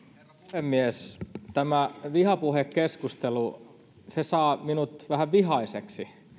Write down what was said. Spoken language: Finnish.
puhemies tämä vihapuhekeskustelu saa minut vähän vihaiseksi